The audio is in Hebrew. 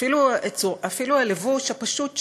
אפילו הלבוש הפשוט שלהם,